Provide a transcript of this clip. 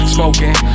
Smoking